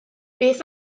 beth